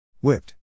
Whipped